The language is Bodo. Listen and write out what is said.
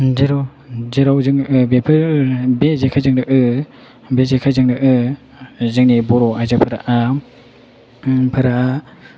जेराव जोङो बे जेखायजोंनो जोंनि बर' आयजोफोरा